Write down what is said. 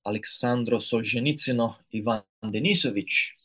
aleksandro solženicyno ivan denisoviš